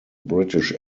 british